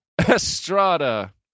Estrada